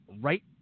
Right